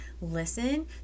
listen